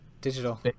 digital